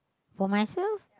for myself